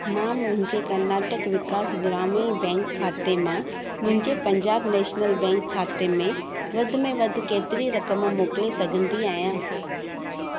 मां मुंहिंजे कर्नाटक विकास ग्रामीण बैंक खाते मां मुंहिंजे पंजाब नेशनल बैंक खाते में वधि में वधि केतिरी रक़म मोकिले सघंदी आहियां